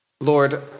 Lord